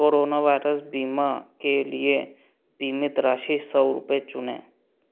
corona virus बीमा के लिए बीमित राशि सौ रुपये चुनें